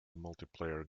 multiplayer